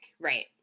Right